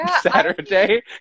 Saturday